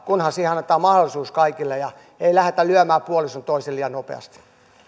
kunhan siihen annetaan mahdollisuus kaikille ja ei lähdetä lyömään puolin sun toisin liian nopeasti